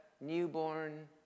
newborn